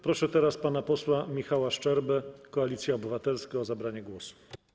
Proszę teraz pana posła Michała Szczerbę, Koalicja Obywatelska, o zabranie głosu.